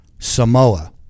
samoa